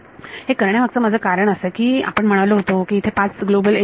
हे करण्यामागचं माझं कारण असं की आपण म्हणालो होतो की इथे पाच ग्लोबल एजेस आहेत